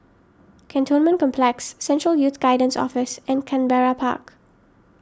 Cantonment Complex Central Youth Guidance Office and Canberra Park